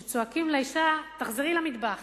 שצועקים לאשה: תחזרי למטבח.